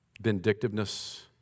vindictiveness